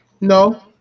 No